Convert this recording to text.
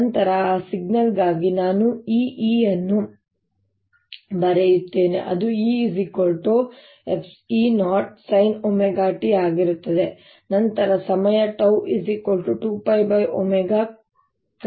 ನಂತರ ಆ ಸಿಗ್ನಲ್ಗಾಗಿ ನಾನು ಈ E ಅನ್ನು ಬರೆಯುತ್ತೇನೆ ಅದು E E0sinωt ಆಗಿರುತ್ತದೆ ನಂತರ ಸಮಯ 𝜏 2 π ω ಕ್ರಮದಲ್ಲಿರುತ್ತದೆ